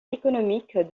économique